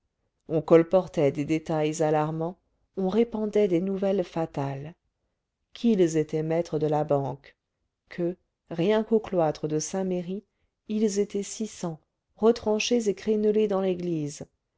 on colportait des détails alarmants on répandait des nouvelles fatales qu'ils étaient maîtres de la banque que rien qu'au cloître de saint-merry ils étaient six cents retranchés et crénelés dans l'église